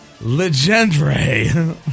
Legendre